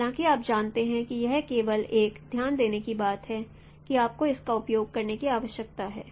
हालाँकि आप जानते हैं कि यह केवल एक ध्यान देने की बात है कि आपको इसका उपयोग करने की आवश्यकता है